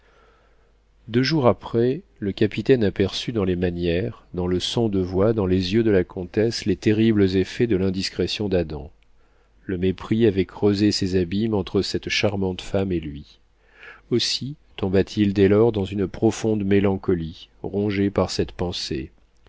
deux jours après le capitaine aperçut dans les manières dans le son de voix dans les yeux de la comtesse les terribles effets de l'indiscrétion d'adam le mépris avait creusé ses abîmes entre cette charmante femme et lui aussi tomba t il dès lors dans une profonde mélancolie rongé par cette pensée